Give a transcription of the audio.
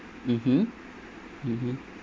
mmhmm mmhmm